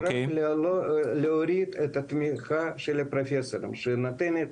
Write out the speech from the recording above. רק להוריד את התמיכה שהפרופסורים שנותנים,